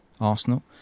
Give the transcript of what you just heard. Arsenal